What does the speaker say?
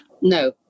No